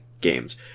games